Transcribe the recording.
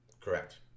correct